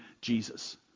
Jesus